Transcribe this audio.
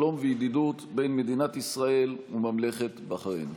שלום וידידות בין מדינת ישראל לממלכת בחריין.